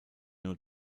nur